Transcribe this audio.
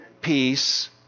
peace